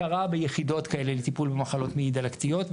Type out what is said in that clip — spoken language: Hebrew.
הכרה ביחידות כאלה לטיפול במחלות מעי דלקתיות,